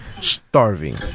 starving